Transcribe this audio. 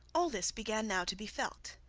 all this began now to be felt.